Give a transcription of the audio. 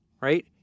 right